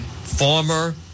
Former